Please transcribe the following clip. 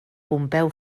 pompeu